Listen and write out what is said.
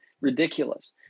ridiculous